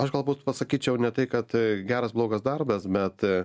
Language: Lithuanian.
aš galbūt pasakyčiau ne tai kad geras blogas darbas bet